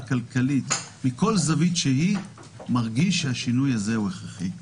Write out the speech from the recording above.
כלכלית מכל זווית שהיא מרגיש שהשינוי הזה הוא הכרחי.